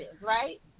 right